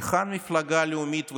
היכן המפלגה הלאומית והליברלית?